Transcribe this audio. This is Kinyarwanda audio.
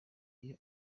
iyo